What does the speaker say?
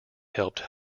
helped